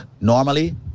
Normally